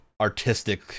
artistic